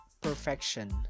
perfection